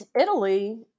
Italy